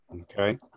okay